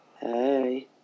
Hey